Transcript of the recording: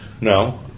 no